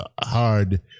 hard